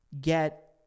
get